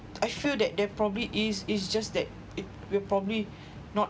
I feel that they probably is is just that it they probably not